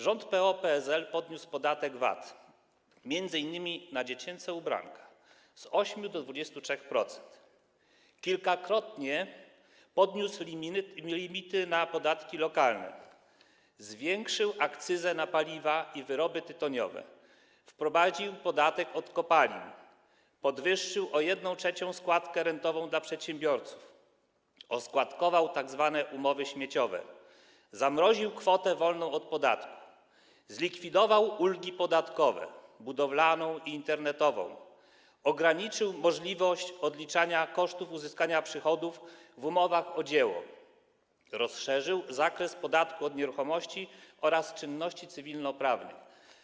Rząd PO-PSL podniósł podatek VAT m.in. na dziecięce ubranka z 8% do 23%, kilkukrotnie podniósł limity na podatki lokalne, podwyższył akcyzę na paliwa i wyroby tytoniowe, wprowadził podatek od kopalni, podwyższył o 1/3 składkę rentową dla przedsiębiorców, oskładkował tzw. umowy śmieciowe, zamroził kwotę wolną od podatku, zlikwidował ulgi podatkowe: budowlaną i internetową, ograniczył możliwość odliczania kosztów uzyskania przychodu w przypadku umów o dzieło, a także rozszerzył zakres podatków od nieruchomości oraz od czynności cywilnoprawnych.